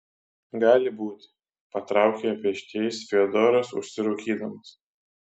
gali būti patraukė pečiais fiodoras užsirūkydamas